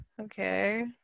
okay